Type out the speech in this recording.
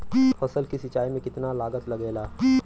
फसल की सिंचाई में कितना लागत लागेला?